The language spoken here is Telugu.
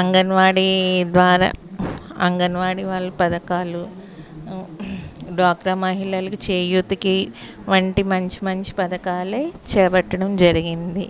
అంగన్వాడి ద్వారా అంగన్వాడి వాళ్ళ పథకాలు డ్వాక్రా మహిళలకు చేయూతకి వంటి మంచి మంచి పథకాలు చేపట్టడం జరిగింది